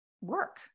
work